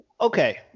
Okay